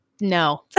no